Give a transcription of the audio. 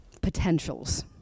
potentials